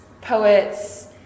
poets